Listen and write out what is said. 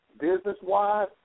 Business-wise